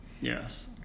Yes